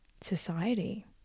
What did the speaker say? society